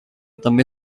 també